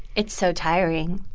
it's so tiring.